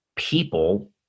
people